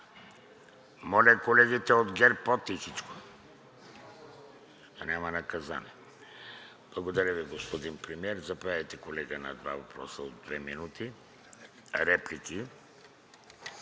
Моля, колегите от ГЕРБ, по-тихичко, да няма наказания. Благодаря Ви, господин Премиер. Заповядайте, колега, на два въпроса от две минути. Реплики